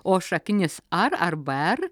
o šaknis ar arba er